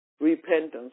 repentance